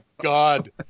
god